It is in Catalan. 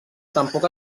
tampoc